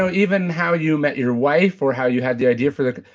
so even how you met your wife or how you had the idea for the.